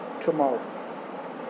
tomorrow